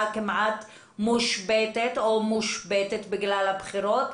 כמעט מושבתת או מושבתת בגלל הבחירות,